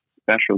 special